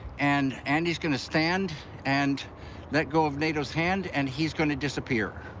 and andy's gonna stand and let go of naido's hand, and he's gonna disappear.